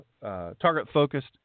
target-focused